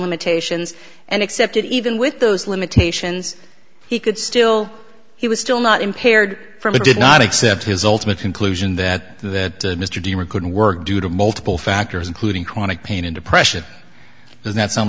limitations and accepted even with those limitations he could still he was still not impaired from it did not accept his oltman conclusion that that mr dimon couldn't work due to multiple factors including chronic pain and depression does not sound